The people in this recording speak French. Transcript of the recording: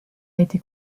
été